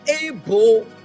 able